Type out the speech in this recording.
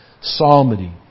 psalmody